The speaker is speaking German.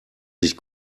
sich